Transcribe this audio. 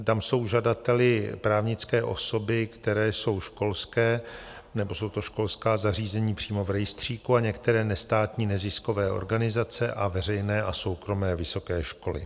Tam jsou žadateli právnické osoby, které jsou školské, nebo jsou to školská zařízení přímo v rejstříku a některé nestátní neziskové organizace a veřejné a soukromé vysoké školy.